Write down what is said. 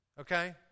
Okay